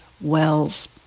Wells